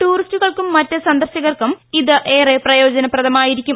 ടൂറിസ്റ്റുകൾക്കും മറ്റ് സന്ദർശകർക്കും ഇത് ഏറെ പ്രയോജനപ്രദമായിരിക്കും